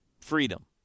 freedom